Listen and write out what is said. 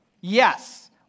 Yes